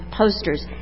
posters